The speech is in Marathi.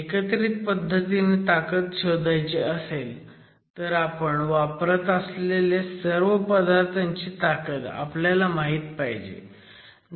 एकत्रित पद्धतीने ताकद शोधायची असेल तर आपण वापरत असलेल्या सर्व पदार्थांची ताकद आपल्याला माहीत पाहिजे